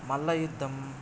मल्लयुद्धम्